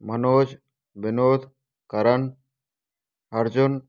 Manoj Binod Karan Arjun